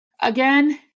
again